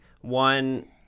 one